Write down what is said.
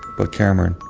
but cameron,